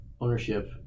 ownership